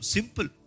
Simple